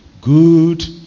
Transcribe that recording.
good